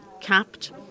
capped